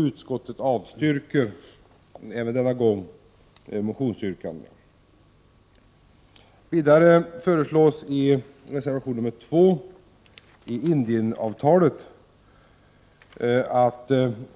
Utskottet avstyrker även denna gång motionsyrkandena. Det föreslås vidare i reservation nr 2 i betänkandet om Indienavtalet att